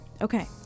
okay